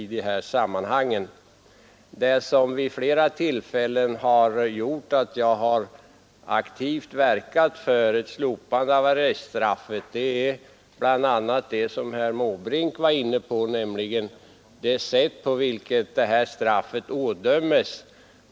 Det som gjort att jag vid flera tillfällen har verkat aktivt för ett slopande av arreststraffet är bl.a. det som herr Måbrink var inne på, nämligen det sätt på vilket arreststraffet utdöms.